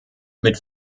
mit